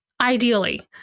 ideally